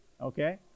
okay